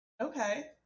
Okay